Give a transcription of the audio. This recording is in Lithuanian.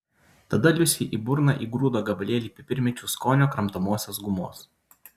tada liusei į burną įgrūdo gabalėlį pipirmėčių skonio kramtomosios gumos